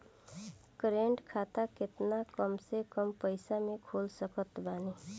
Current खाता केतना कम से कम पईसा से खोल सकत बानी?